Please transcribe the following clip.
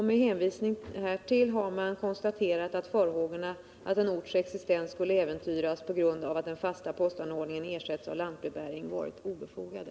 Med hänvisning härtill har man konstaterat att farhågorna att en orts existens skulle äventyras på grund av att den fasta postanordningen ersätts av lantbrevbäring varit obefogade.